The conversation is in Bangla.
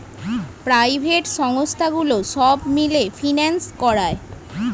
প্রাইভেট সংস্থাগুলো সব মিলে ফিন্যান্স করায়